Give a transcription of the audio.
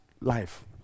life